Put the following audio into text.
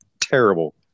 terrible